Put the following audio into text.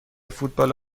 فوتبال